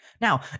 Now